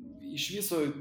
iš viso